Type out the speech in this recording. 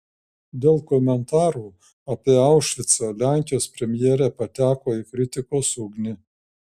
dėl komentarų apie aušvicą lenkijos premjerė pateko į kritikos ugnį